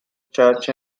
church